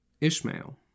Ishmael